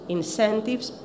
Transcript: incentives